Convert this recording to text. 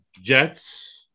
Jets